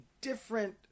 different